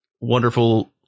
wonderful